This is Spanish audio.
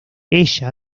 ella